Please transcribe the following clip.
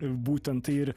būtent tai ir